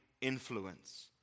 influence